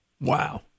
Wow